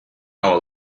hour